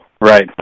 Right